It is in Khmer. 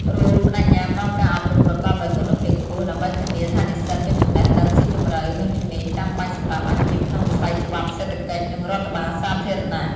RULE ប្តេជ្ញាផ្តល់ការអប់រំប្រកបដោយគុណភាពខ្ពស់ ដើម្បីធានាថានិស្សិតមានចំណេះដឹងស៊ីជម្រៅ និងជំនាញចាំបាច់សម្រាប់អាជីពក្នុងវិស័យច្បាប់ សេដ្ឋកិច្ច និងរដ្ឋបាលសាធារណៈ។